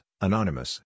Anonymous